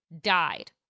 died